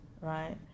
right